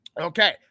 Okay